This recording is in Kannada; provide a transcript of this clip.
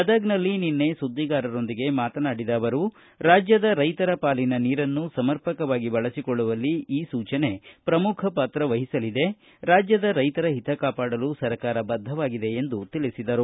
ಗದಗಿನಲ್ಲಿ ನಿನ್ನೆ ಸುದ್ದಿಗಾರರೊಂದಿಗೆ ಮಾತನಾಡಿದ ಅವರು ರಾಜ್ಯದ ರೈತರ ಪಾಲಿನ ನೀರನ್ನು ಸಮರ್ಪಕವಾಗಿ ಬಳಸಿಕೊಳ್ಳುವಲ್ಲಿ ಈ ಸೂಚನೆ ಪ್ರಮುಖ ಪಾತ್ರವಹಿಸಲಿದೆ ರಾಜ್ಯದ ರೈತರ ಹಿತ ಕಾಪಾಡಲು ಸರಕಾರ ಬಧ್ದವಾಗಿದೆ ಎದು ಅವರು ಹೇಳಿದರು